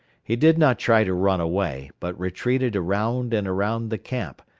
he did not try to run away, but retreated around and around the camp,